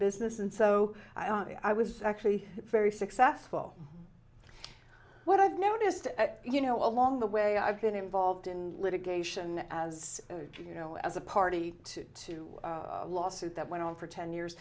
business and so i was actually very successful what i've noticed you know along the way i've been involved in litigation as you know as a party to a lawsuit that went on for ten years